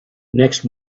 next